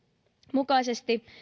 mukaisesti